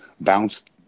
bounced